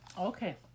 Okay